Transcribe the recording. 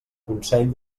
consell